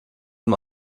dem